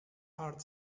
heart